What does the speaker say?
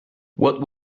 what